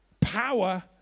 power